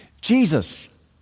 Jesus